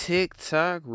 TikTok